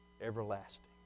everlasting